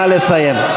נא לסיים.